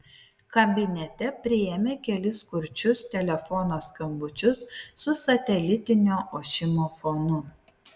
kabinete priėmė kelis kurčius telefono skambučius su satelitinio ošimo fonu